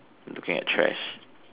looking at trash